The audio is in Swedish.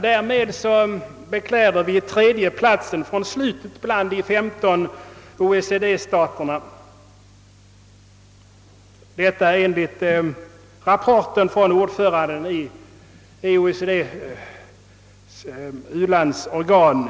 Därmed bekläder vi enligt rapporten från ordföranden i OECD:s u-landsorgan, DAC, tredje platsen från slutet bland de 15 OECD-staterna.